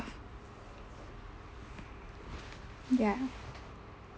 ya